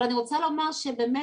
אבל אני רוצה לומר שבאמת,